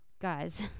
guys